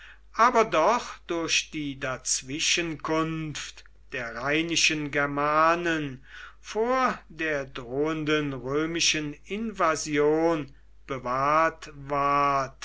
aber doch durch die dazwischenkunft der rheinischen germanen vor der drohenden römischen invasion bewahrt ward